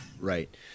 Right